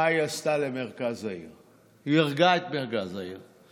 מה היא עשתה למרכז העיר, היא הרגה את מרכז העיר.